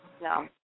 No